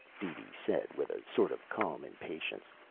deedee said with a sort of calm impatience.